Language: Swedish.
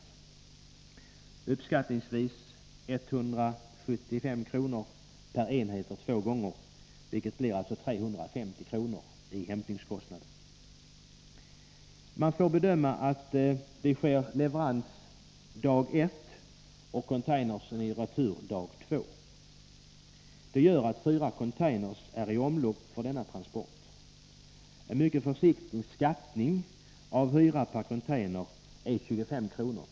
Priset är uppskattningsvis 175 kr. per enhet, vilket alltså ger 350 kr. i hämtningskostnad. Man får bedöma att det sker leverans dag 1 och retur av containrar dag 2. Det gör att fyra containrar är i omlopp för denna transport. En mycket försiktig uppskattning av hyran per container är 25 kr.